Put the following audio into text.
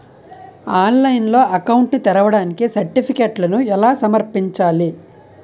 ఆన్లైన్లో అకౌంట్ ని తెరవడానికి సర్టిఫికెట్లను ఎలా సమర్పించాలి?